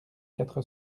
quatre